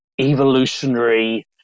evolutionary